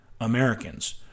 Americans